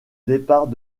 départ